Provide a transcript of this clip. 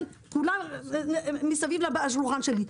וכולם מסביב לשולחן שלי.